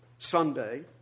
Sunday